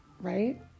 right